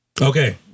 Okay